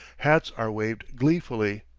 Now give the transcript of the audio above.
hats are waved gleefully,